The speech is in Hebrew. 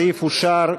הסעיף אושר,